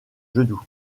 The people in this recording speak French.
genou